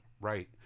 right